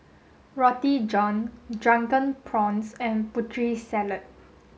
Roti John Drunken Prawns and Putri Salad